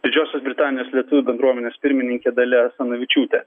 didžiosios britanijos lietuvių bendruomenės pirmininkė dalia asanavičiūtė